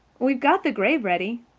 we've got the grave ready.